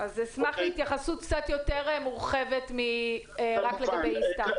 אשמח להתייחסות קצת יותר מורחבת מרק לגבי איסתא.